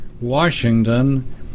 Washington